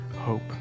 hope